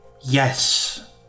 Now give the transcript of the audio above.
Yes